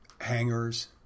hangers